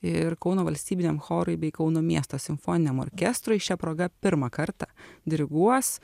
ir kauno valstybiniam chorui bei kauno miesto simfoniniam orkestrui šia proga pirmą kartą diriguos